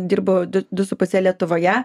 dirbu du du su puse lietuvoje